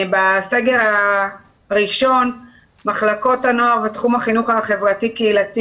בסגר הראשון מחלקות הנוער בתחום החינוך החברתי קהילתי,